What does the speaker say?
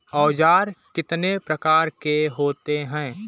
औज़ार कितने प्रकार के होते हैं?